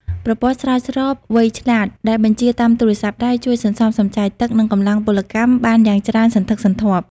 ប្រព័ន្ធស្រោចស្រពវៃឆ្លាតដែលបញ្ជាតាមទូរស័ព្ទដៃ ជួយសន្សំសំចៃទឹក និងកម្លាំងពលកម្មបានយ៉ាងច្រើនសន្ធឹកសន្ធាប់។